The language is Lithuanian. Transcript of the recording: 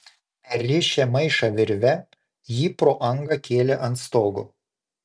perrišę maišą virve jį pro angą kėlė ant stogo